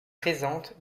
présente